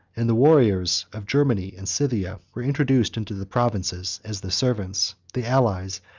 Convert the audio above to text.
and the warriors of germany and scythia were introduced into the provinces, as the servants, the allies,